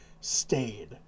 stayed